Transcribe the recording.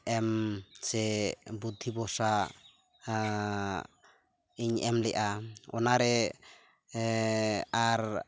ᱮᱢ ᱥᱮ ᱵᱩᱫᱫᱷᱤ ᱵᱷᱚᱨᱥᱟ ᱤᱧ ᱮᱢᱞᱮᱫᱼᱟ ᱚᱱᱟᱨᱮ ᱟᱨ